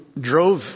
drove